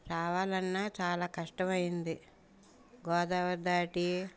రావాలన్నా చాలా కష్టమైంది గోదావరి దాటి